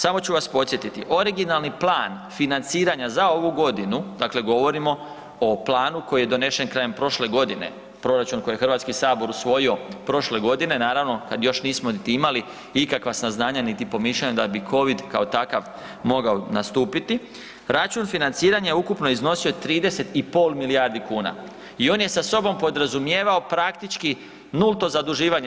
Samo ću vas podsjetiti, originalni plan financiranja za ovu godinu, dakle govorimo o planu koji je donesen krajem prošle godine, proračun koji je HS usvojio prošle godine, naravno kad još nismo niti imali ikakva saznanja, niti pomišljanja da bi covid kao takav mogao nastupiti, račun financiranja je ukupno iznosio 30,5 milijardi kuna i on je sa sobom podrazumijevao praktički nulto zaduživanje.